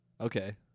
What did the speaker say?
Okay